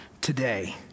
today